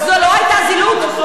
וזו לא היתה זילות?